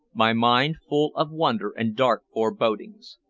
my mind full of wonder and dark forebodings.